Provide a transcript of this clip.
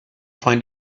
find